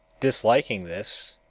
disliking this,